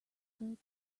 but